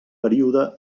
període